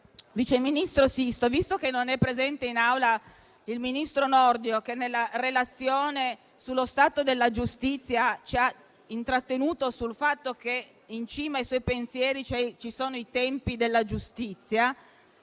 vice ministro Sisto, visto che non è presente in Aula il ministro Nordio, che nella relazione sullo stato della giustizia ci ha intrattenuto sul fatto che in cima ai suoi pensieri ci sono i tempi della giustizia,